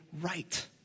right